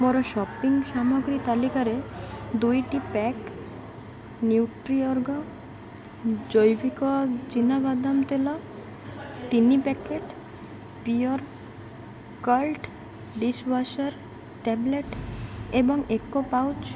ମୋର ସପିଂ ସାମଗ୍ରୀ ତାଲିକାରେ ଦୁଇ ପ୍ୟାକ୍ ନ୍ୟୁଟ୍ରିଅର୍ଗ ଜୈବିକ ଚୀନାବାଦାମ ତେଲ ତିନି packet pure cult dish washer tablet ଏବଂ ଏକ ପାଉଚ୍